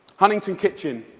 huntington's kitchen.